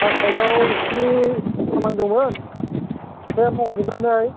आं साइदाव एसे खामानि दंमोन बेखौ मावजोबनानै